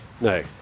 No